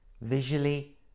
visually